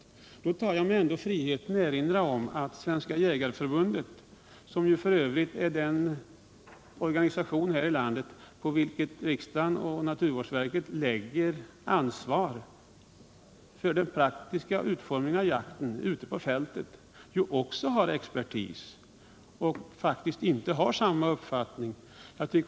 Jag tar mig ändå friheten att erinra om att Svenska jägareförbundet, som f. ö. är den organisation här i landet på vilken riksdagen och naturvårdsverket lägger ansvar för den praktiska utformningen ute på fältet, också har expertis, som faktiskt inte har samma uppfattning.